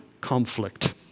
conflict